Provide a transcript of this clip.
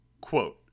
Quote